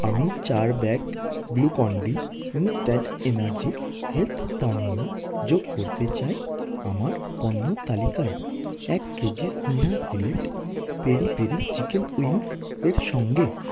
আমি চার bag Glucon D instant energy health পানীয় যোগ করতে চাই আমার পণ্য তালিকায় এক KG Sneha select peri peri chicken wings এর সঙ্গে